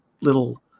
little